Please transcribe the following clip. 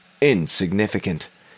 insignificant